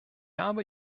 habe